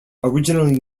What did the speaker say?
originally